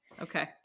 Okay